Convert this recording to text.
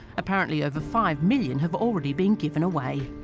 apparently over five million have already been given away